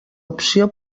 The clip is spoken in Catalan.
opció